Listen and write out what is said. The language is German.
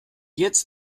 jetzt